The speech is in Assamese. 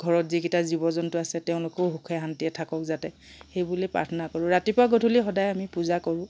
ঘৰত যিকেইটা জীৱ জন্তু আছে তেওঁলোকো সুখে শান্তিৰে থাকক যাতে সেই বুলি পাৰ্থনা কৰো ৰাতিপুৱা পাৰ্থনা কৰো ৰাতিপুৱা গধূলী সদাই আমি পূজা কৰোঁ